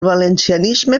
valencianisme